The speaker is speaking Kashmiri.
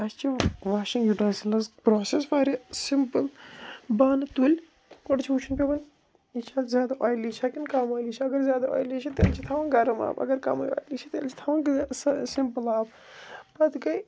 اَسہِ چھِ واشِنٛگ یوٗٹٮ۪نسٕلٕز پرٛوسٮ۪س واریاہ سِمپٕل بانہٕ تُلۍ گۄڈٕ چھُ وٕچھُن پٮ۪وان یہِ چھےٚ زیادٕ آیلی چھےٚ کِنہٕ کَم آیلی چھےٚ اگر زیادٕ آیلی چھِ تیٚلہ چھِ تھاوُن گَرم آب اگر کمٕے آیلی چھِ تیٚلہِ چھِ تھاوُن سِمپٕل آب پَتہٕ گٔے